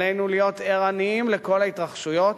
עלינו להיות ערניים לכל ההתרחשויות,